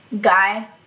guy